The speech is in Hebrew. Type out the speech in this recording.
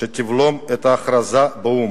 שתבלום את ההכרזה באו"ם?